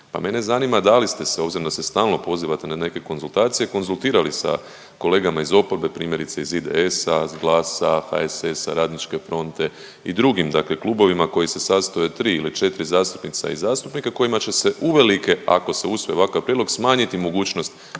pa mene zanima da li ste se obzirom da se stalno pozivate na neke konzultacije, konzultirali sa kolegama iz oporbe, primjerice iz IDS-a, iz GLAS-a, HSS-a, RF i drugim dakle klubovima koji se sastoje od 3 ili 4 zastupnica i zastupnika kojima će se uvelike ako se usvoji ovakav prijedlog smanjiti mogućnost